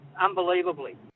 unbelievably